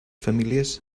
famílies